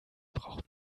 braucht